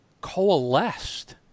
coalesced